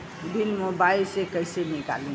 Bill mobile से कईसे निकाली?